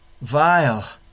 vile